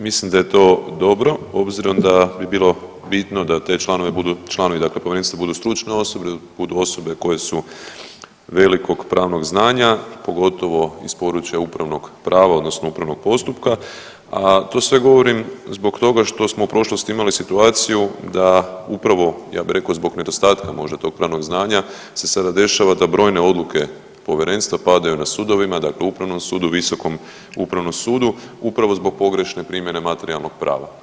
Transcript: Mislim da je to dobro obzirom da bi bilo bitno da te članovi budu, članovi dakle povjerenstva budu stručne osobe, budu osobe koje su velikog pravnog znanja pogotovo iz područja upravnog prava odnosno upravnog postupka, a to sve govorim zbog toga što smo u prošlosti imali situaciju da upravo ja bi rekao zbog nedostatka možda tog pravnog znanja se sada dešava da brojne odluke povjerenstva padaju na sudovima, dakle Upravnom sudu, Visokom upravnom sudu upravo zbog pogrešne primjene materijalnog prava.